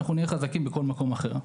אנחנו נהיה חזקים בכל מקום אחר.